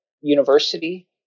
University